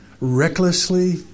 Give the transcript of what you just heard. recklessly